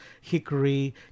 hickory